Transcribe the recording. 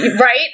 right